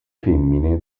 femmine